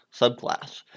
subclass